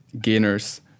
gainers